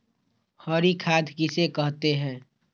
हरी खाद किसे कहते हैं?